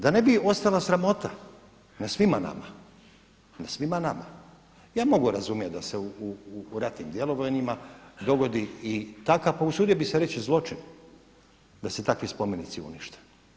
Da ne bi ostala sramota na svima nama, ja mogu razumjet da se u ratnim djelovanjima dogodi i takav, pa usudio bih se reći zločin da se takvi spomenici unište.